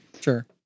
Sure